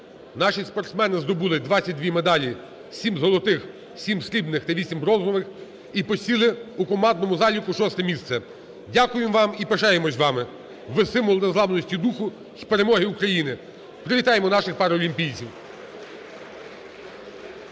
Наші спортсмени здобули 22 медалі: 7 золотих, 7 срібних та 8 бронзових і посіли у командному заліку 6 місце. Дякуємо вам і пишаємося вами. Ви – символ незламності духу з перемоги України. Привітаємо наших паралімпійців.